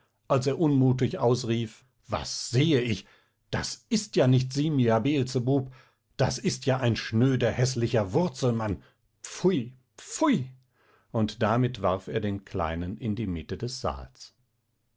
als er unmutig ausrief was sehe ich das ist ja nicht simia beelzebub das ist ja ein schnöder häßlicher wurzelmann pfui pfui und damit warf er den kleinen in die mitte des saals